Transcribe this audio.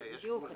זהו בדיוק.